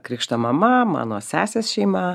krikšto mama mano sesės šeima